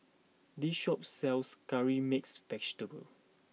this shop sells Curry Mixed Vegetable